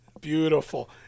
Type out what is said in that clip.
Beautiful